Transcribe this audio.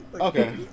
okay